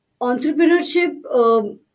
Entrepreneurship